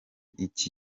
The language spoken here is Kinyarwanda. iki